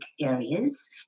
areas